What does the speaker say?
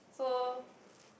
so